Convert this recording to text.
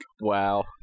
wow